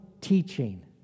teaching